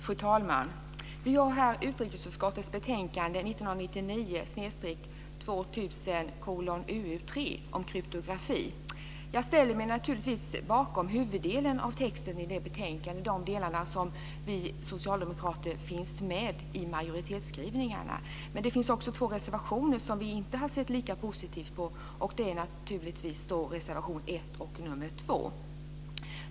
Fru talman! Vi har här utrikesutskottets betänkande 1999/2000: UU3 om kryptografi. Jag ställer mig naturligtvis bakom huvuddelen av texten i betänkandet, de delar där vi socialdemokrater finns med i majoritetsskrivningarna. Men det finns också två reservationer som vi inte har sett lika positivt på. Det är naturligtvis reservationerna 1 och 2.